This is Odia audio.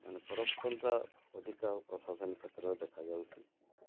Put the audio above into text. ମାନେ କରପ୍ସନ୍ଟା ଅଧିକା ପ୍ରଶାସନିକ କ୍ଷେତ୍ରରେ ଦେଖାଯାଉଛି